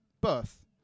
birth